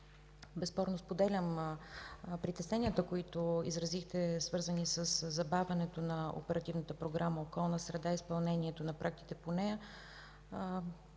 Безспорно споделям притесненията, които изразихте, свързани със забавянето на Оперативна програма „Околна среда“ и изпълнението на проектите по нея,